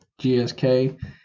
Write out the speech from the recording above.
GSK